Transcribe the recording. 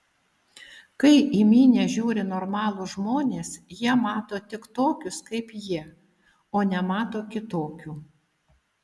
kai į minią žiūri normalūs žmonės jie mato tik tokius kaip jie o nemato kitokių